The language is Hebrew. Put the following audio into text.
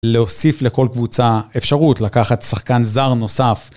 להוסיף לכל קבוצה אפשרות לקחת שחקן זר נוסף.